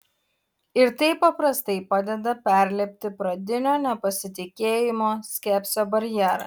ir tai paprastai padeda perlipti pradinio nepasitikėjimo skepsio barjerą